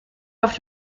auf